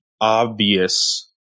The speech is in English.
obvious